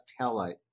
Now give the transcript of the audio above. taillight